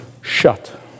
shut